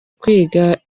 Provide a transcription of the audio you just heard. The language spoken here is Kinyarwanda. kwiga